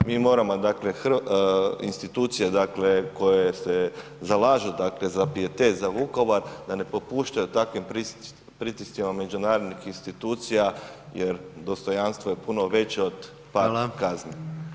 Mi moramo, dakle, institucije dakle koje se zalažu za pijetet za Vukovar da ne popuštaju takvim pritiscima međunarodnih institucija jer dostojanstvo je puno veće od par kazni.